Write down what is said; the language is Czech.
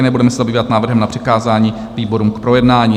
Budeme se zabývat návrhem na přikázání výborům k projednání.